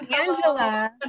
Angela